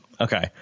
okay